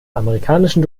amerikanischen